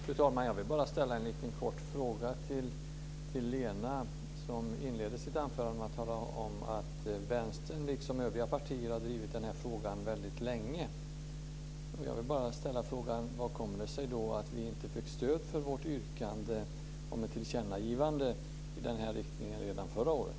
Fru talman! Jag vill bara ställa en kort fråga till Lena Olsson. Hon inledde sitt anförande med att tala om att Vänstern liksom över partier har drivit den här frågan väldigt länge. Hur kommer det sig då att vi inte fick stöd för vårt yrkande om ett tillkännagivande i den här riktningen redan förra året?